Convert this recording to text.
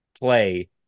play